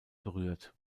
berührt